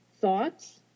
Thoughts